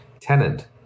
tenant